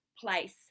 place